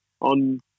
on